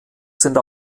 sind